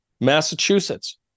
Massachusetts